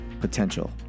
potential